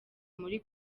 muri